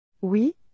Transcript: Oui